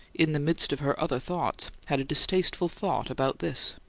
in the midst of her other thoughts, had a distasteful thought about this.